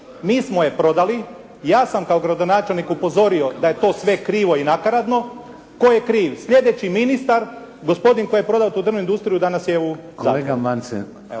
mi smo je prodali, ja sam kao gradonačelnik upozorio da je to sve krivo i nakaradno, tko je kriv, sljedeći ministar, gospodin koji je prodao tu drvnu industriju, danas je u